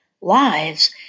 lives